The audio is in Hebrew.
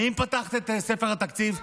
האם פתחת את ספר התקציב?